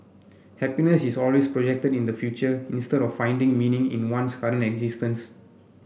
happiness is always projected in the future instead of finding meaning in one's current existence